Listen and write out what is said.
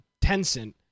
Tencent